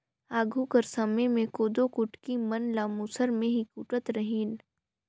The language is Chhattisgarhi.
आघु कर समे मे कोदो कुटकी मन ल मूसर मे ही कूटत रहिन